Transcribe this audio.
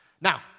Now